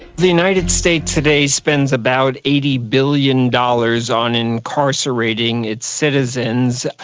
the united states today spends about eighty billion dollars on incarcerating its citizens.